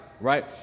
right